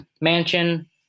mansion